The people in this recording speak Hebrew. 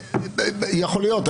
יכול להיות.